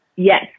Yes